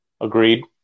Agreed